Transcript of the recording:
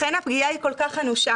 לכן הפגיעה היא כל כך אנושה.